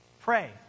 Pray